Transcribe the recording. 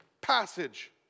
passage